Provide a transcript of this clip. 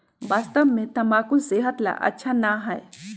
वास्तव में तंबाकू सेहत ला अच्छा ना है